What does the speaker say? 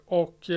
och